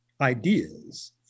ideas